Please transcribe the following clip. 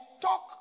talk